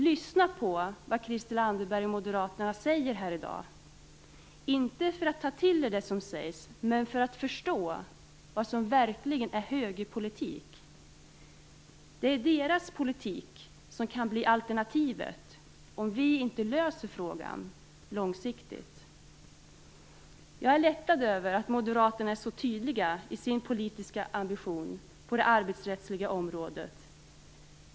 Lyssna på vad Christel Anderberg och Moderaterna säger här i dag, inte för att ta till er det som sägs, men för att förstå vad som verkligen är högerpolitik. Det är deras politik som kan bli alternativet om vi inte löser frågan långsiktigt. Jag är lättad över att moderaterna är så tydliga i sin politiska ambition på det arbetsrättsliga området.